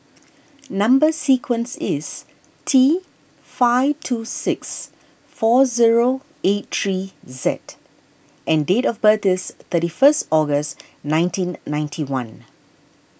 Number Sequence is T five two six four zero eight three Z and date of birth is thirty first August nineteen ninety one